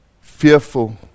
fearful